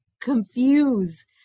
confuse